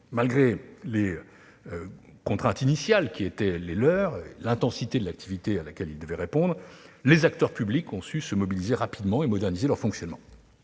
Malgré les contraintes initiales qui étaient les leurs et l'intensité de l'activité à laquelle ils étaient confrontés, les acteurs publics ont su se mobiliser rapidement. Je vais vous en donner